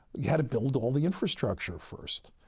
you had to build all the infrastructure first.